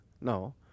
No